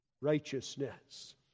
righteousness